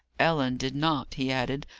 ellen did not, he added,